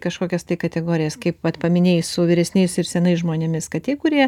kažkokias tai kategorijas kaip vat paminėjai su vyresniais ir senais žmonėmis kad tie kurie